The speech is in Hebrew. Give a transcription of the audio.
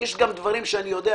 יש גם דברים שאני יודע